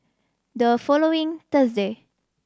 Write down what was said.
the following Thursday